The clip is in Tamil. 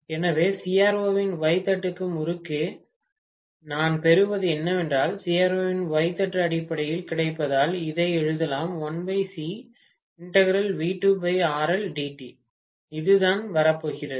எனவே CRO இன் Y தட்டுக்கு குறுக்கே நான் பெறுவது என்னவென்றால் CRO இன் Y தட்டு அடிப்படையில் கிடைப்பதால் இதை எழுதலாம் இதுதான் வரப்போகிறது